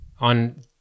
on